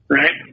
right